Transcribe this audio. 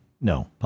no